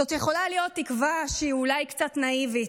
זאת יכולה להיות תקווה שהיא אולי קצת נאיבית,